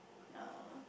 ya